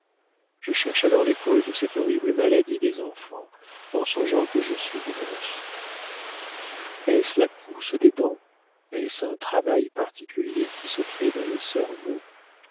je cherche alors les causes de cette horrible maladie des enfants en songeant que je suis grosse est-ce la pousse des dents est-ce un travail particulier qui se fait dans le cerveau